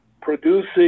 producing